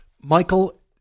Michael